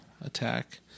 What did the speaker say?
attack